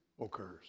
occurs